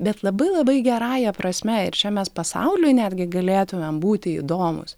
bet labai labai gerąja prasme ir čia mes pasauliui netgi galėtumėm būti įdomūs